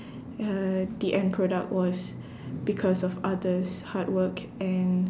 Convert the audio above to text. ya the end product was because of others' hard work and